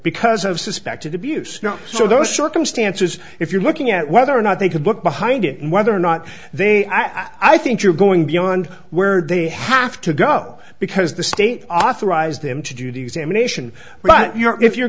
because of suspected abuse so those circumstances if you're looking at whether or not they could look behind it and whether or not they are i think you're going beyond where they have to go because the state authorized them to do the examination but you know if you're